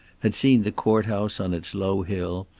had seen the court-house on its low hill,